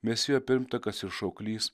mesijo pirmtakas ir šauklys